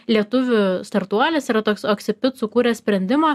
lietuvių startuolis yra toks oksipit sukūrė sprendimą